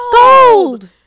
gold